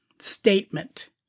statement